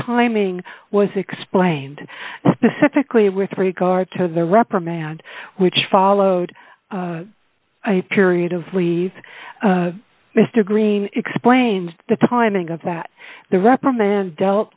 timing was explained specifically with regard to the reprimand which followed i period of leave mr green explained the timing of that the reprimand dealt